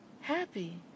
happy